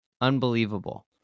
unbelievable